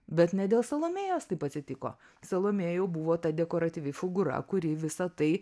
bet ne dėl salomėjos taip atsitiko salomėja jau buvo ta dekoratyvi figūra kuri visa tai